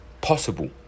possible